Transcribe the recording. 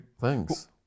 Thanks